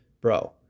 Bro